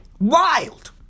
Wild